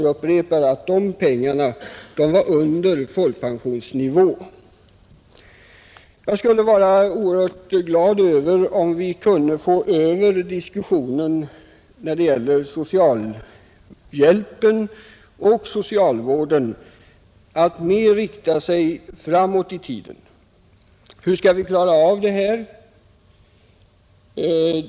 Jag upprepar att beloppen ligger under folkpensionsnivån. Jag skulle vara oerhört glad, om vi kunde få diskussionen om socialhjälpen och socialvården att mera rikta sig framåt i tiden. Hur skall vi klara av det här?